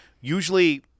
usually